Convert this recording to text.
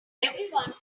everyone